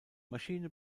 maschine